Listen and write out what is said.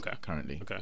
currently